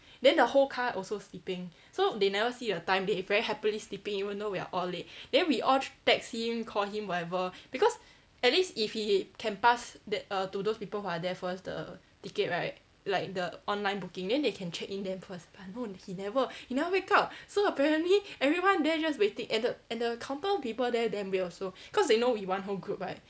then the whole car also sleeping so they never see the time they very happily sleeping even though we are all late then we all text him call him whatever because at least if he can pass the err to those people who are there first the ticket right like the online booking then they can check in them first but no he never he never wake up so apparently everyone there just waiting and the and the counter people there damn weird also cause they know we one whole group right